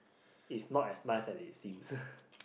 is not as nice as it seems